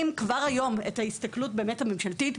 כבר היום את ההסתכלות את ההסתכלות הממשלתית.